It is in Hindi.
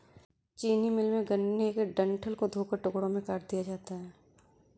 चीनी मिल में, गन्ने के डंठल को धोकर टुकड़ों में काट दिया जाता है